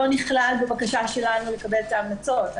לא נכלל בבקשה שלנו לקבל את ההמלצות.